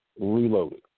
Reloaded